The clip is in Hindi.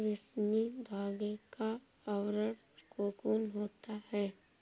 रेशमी धागे का आवरण कोकून होता है